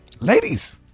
Ladies